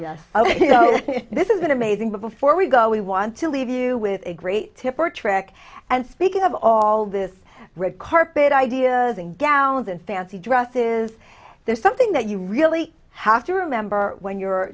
yes this is an amazing before we go we want to leave you with a great tip for track and speaking of all this red carpet ideas and gallons and fancy dresses there's something that you really have to remember when you're